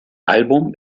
album